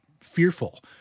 fearful